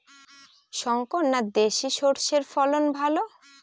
শংকর না দেশি সরষের ফলন বেশী?